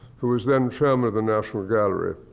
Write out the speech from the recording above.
who was then chairman of the national gallery,